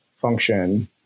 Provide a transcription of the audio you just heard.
function